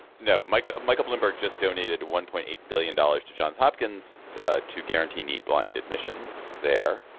no michael. michael bloomberg just donated one point eight billion dollars to johns hopkins to guarantee need blind admissions there.